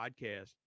podcast